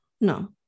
No